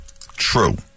true